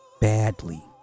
Badly